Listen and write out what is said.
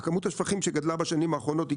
הכמות השפכים שגדלה בשנים האחרונות היא